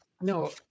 No